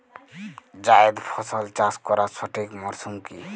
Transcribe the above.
জায়েদ ফসল চাষ করার সঠিক মরশুম কি?